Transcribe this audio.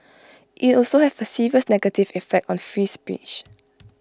IT also have A serious negative effect on free speech